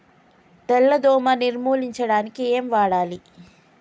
తెల్ల దోమ నిర్ములించడానికి ఏం వాడాలి?